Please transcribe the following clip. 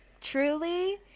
truly